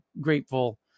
grateful